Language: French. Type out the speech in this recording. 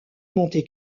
monte